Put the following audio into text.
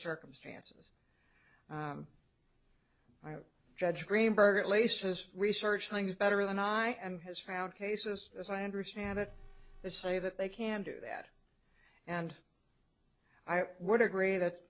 circumstances judge greenberg at least has researched things better than i am has found cases as i understand it they say that they can do that and i would agree that